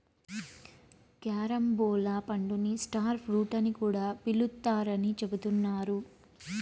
carambola పండుని star fruit అని కూడా పిలుత్తారని చెబుతున్నారు